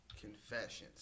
Confessions